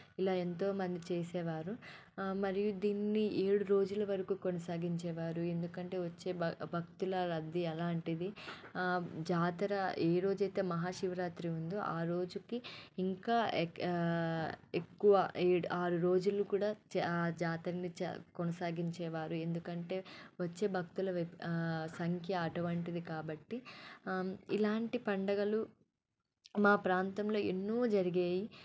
ఇలా ఎంతో మంది చేసేవారు మరియు దీన్ని ఏడు రోజుల వరకు కొనసాగించేవారు ఎందుకంటే వచ్చే భ భక్తుల రద్దీ అలాంటిది జాతర ఏ రోజైతే మహాశివరాత్రి ఉందో ఆ రోజుకి ఇంకా ఎ ఎక్కువ ఏడు ఆరు రోజులు కూడా ఆ జాతరని చ కొనసాగించేవారు ఎందుకంటే వచ్చే భక్తుల వే సంఖ్య అటువంటిది కాబట్టి ఇలాంటి పండగలు మా ప్రాంతంలో ఎన్నో జరిగాయి